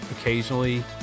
occasionally